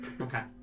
Okay